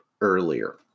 earlier